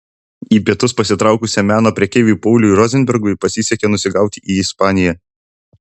į pietus pasitraukusiam meno prekeiviui pauliui rozenbergui pasisekė nusigauti į ispaniją